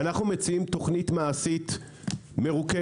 אנחנו מציעים תוכנית מעשית מרוכזת.